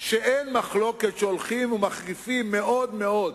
שאין מחלוקת שהם הולכים ומחריפים מאוד-מאוד